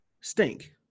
stink